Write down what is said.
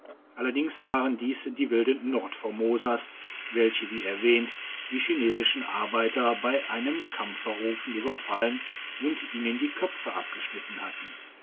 allerdings waren dies die wilden nordformosas welche wie erwähnt die chinesischen arbeiter bei einem kampferofen überfallen und ihnen die köpfe abgeschnitten hatten